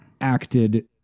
acted